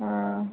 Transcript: हुँ